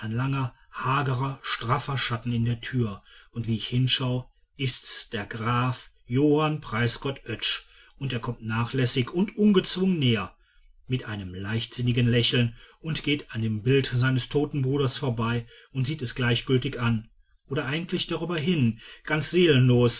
langer hagerer straffer schatten in der türe und wie ich hinschau ist's der graf johann preisgott oetsch und er kommt nachlässig und ungezwungen näher mit einem leichtsinnigen lächeln und geht an dem bild seines toten bruders vorbei und sieht es gleichgültig an oder eigentlich darüber hin ganz seelenlos